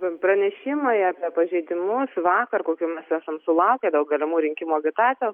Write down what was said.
pranešimai apie pažeidimus vakar kokių mes esam sulaukę dėl galimų rinkimų agitacijos